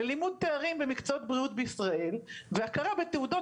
ללימוד תארים במקצועות בריאות בישראל והכרה בתעודות